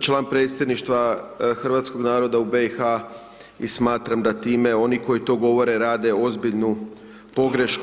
član predsjedništva hrvatskog naroda u BIH i smatram da time oni koji to govore, rade ozbiljnu pogrešku.